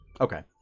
Okay